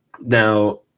Now